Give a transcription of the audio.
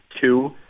two